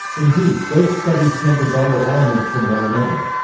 indeed, both studies tend to borrow elements from one another.